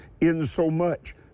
insomuch